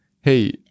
hey